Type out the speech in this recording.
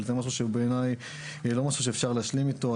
אבל בעיניי זה משהו שאי-אפשר להשלים איתו.